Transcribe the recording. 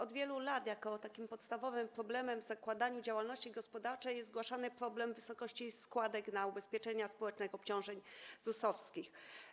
Od wielu lat takim podstawowym problemem przy zakładaniu działalności gospodarczej, jaki jest zgłaszany, jest problem wysokości składek na ubezpieczenia społeczne, obciążeń ZUS-owskich.